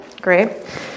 Great